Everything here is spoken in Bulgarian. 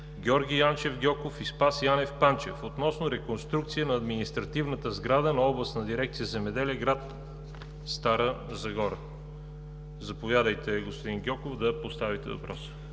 Георги Янчев Гьоков, Спас Янев Панчев относно реконструкция на административната сграда на Областна дирекция „Земеделие“ – град Стара Загора. Заповядайте, господин Гьоков, за да поставите въпроса.